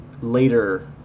later